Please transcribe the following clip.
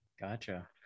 Gotcha